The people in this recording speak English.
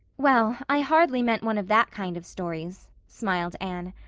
well, i hardly meant one of that kind of stories, smiled anne.